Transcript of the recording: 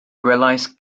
gwelais